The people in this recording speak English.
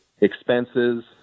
expenses